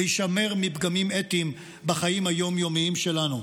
להישמר מפגמים אתיים בחיים היום-יומיים שלנו.